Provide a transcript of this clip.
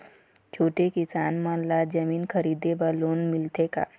छोटे किसान मन ला जमीन खरीदे बर लोन मिलथे का?